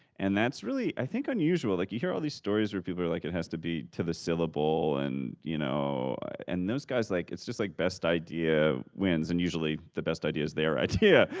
and that's really, i think, unusual. like you hear all these stories where people are like, it has to be to the syllable, and you know and those guys like it's just like best idea wins and usually the best idea's their idea.